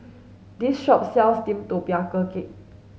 this shop sells steamed tapioca cake